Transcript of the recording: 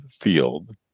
field